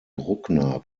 bruckner